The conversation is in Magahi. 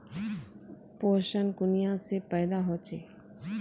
पोषण कुनियाँ से पैदा होचे?